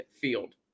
Field